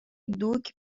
دوگ